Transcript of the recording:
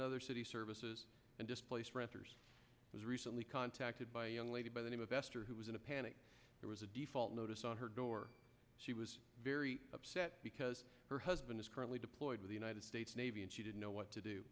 and other city services and displaced renters was recently contacted by a young lady by the name of esther who was in a panic there was a default notice on her door she was very upset because her husband is currently deployed to the united states navy and she didn't know what to do